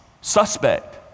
suspect